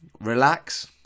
relax